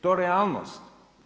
To je realnost.